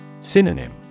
Synonym